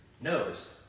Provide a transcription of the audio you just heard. knows